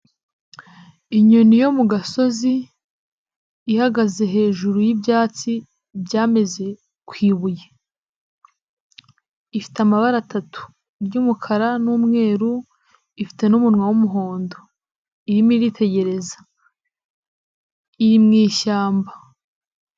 Inyoni yo mu gasozi ihagaze hejuru y'ibyatsi byameze ku ibuye, ifite amabara atatu, iry'umukara n'umweru, ifite umunwa w'umuhondo, irimo iritegereza mu ishyamba.